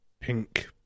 pink